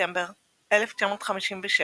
בספטמבר 1957,